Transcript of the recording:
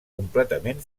completament